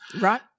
Right